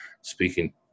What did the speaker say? speaking